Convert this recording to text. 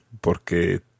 porque